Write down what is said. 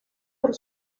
por